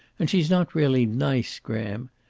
and she's not really nice, graham.